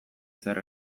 zer